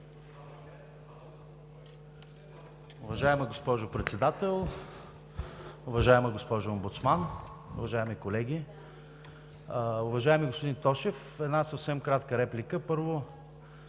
Уважаема госпожо Председател, уважаема госпожо Омбудсман, уважаеми колеги! Уважаеми господин Тошев, една съвсем кратка реплика. Първо,